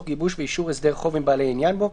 גיבוש ואישור הסדר חוב עם בעלי העניין בו.